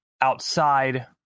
outside